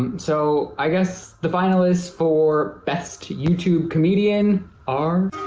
um so i guess the finalists for best youtube comedian are